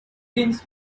teens